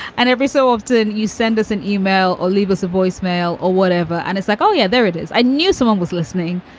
and every so often you send us an email or leave us a voicemail or whatever, and it's like, oh yeah, there it is. i knew someone was listening.